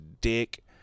dick